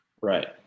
right